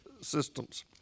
systems